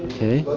Okay